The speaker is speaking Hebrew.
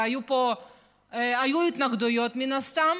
היו פה התנגדויות, מן הסתם,